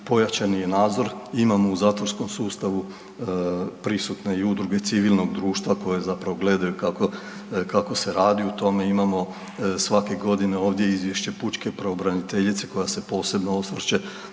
pojačani je nadzor, imamo u zatvorskom sustavu prisutne i udruge civilnog društva koje zapravo gledaju kako se radi u tome. Imamo svake godine ovdje izvješće pučke pravobraniteljice koja se posebno osvrće